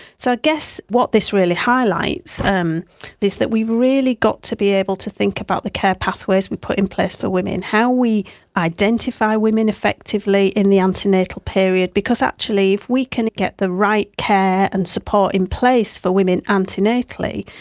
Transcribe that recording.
so i guess what this really highlights um is that we've really got to be able to think about the care pathways we put in place for women, how we identify women effectively in the antenatal period, because actually if we can get the right care and support in place for women antenatally,